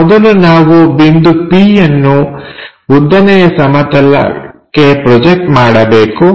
ಮೊದಲು ನಾವು ಬಿಂದು p ಯನ್ನು ಉದ್ದನೆಯ ಸಮತಲಕ್ಕೆ ಪ್ರೊಜೆಕ್ಟ್ ಮಾಡಬೇಕು